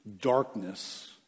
darkness